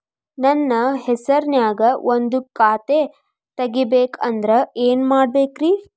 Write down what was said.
ನನ್ನ ಹೆಸರನ್ಯಾಗ ಒಂದು ಖಾತೆ ತೆಗಿಬೇಕ ಅಂದ್ರ ಏನ್ ಮಾಡಬೇಕ್ರಿ?